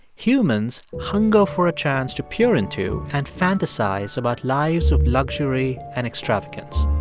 humans hunger for a chance to peer into and fantasize about lives of luxury and extravagance.